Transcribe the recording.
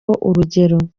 urugero